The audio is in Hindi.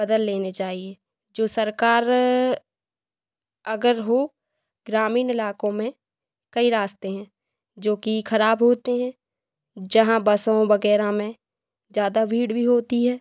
बदल लेने चाहिए जो सरकार अगर हो ग्रामीण इलाकों में कई रास्ते हैं जो कि खराब होते हैं जहाँ बसों वगैरह में ज़्यादा भीड़ भी होती है